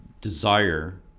desire